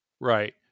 Right